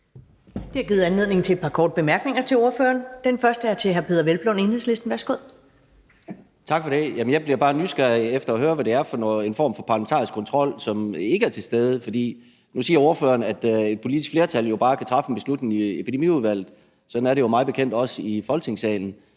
Det har givet anledning til et par korte bemærkninger til ordføreren. Den første er fra hr. Peder Hvelplund, Enhedslisten. Værsgo. Kl. 10:42 Peder Hvelplund (EL): Tak for det. Jeg blev bare nysgerrig efter at høre, hvad det er for en form for parlamentarisk kontrol, som ikke er til stede. Nu siger ordføreren, at et politisk flertal jo bare kan træffe en beslutning i Epidemiudvalget, men sådan er det jo mig bekendt også i Folketingssalen.